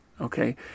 Okay